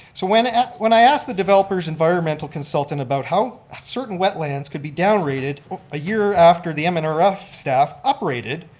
so when when i asked the developer's environmental consultant about how certain wetlands can be down rated a year after the um and mnrf ah staff operated,